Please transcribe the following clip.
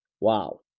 Wow